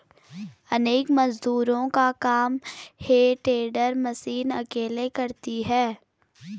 अनेक मजदूरों का काम हे टेडर मशीन अकेले करती है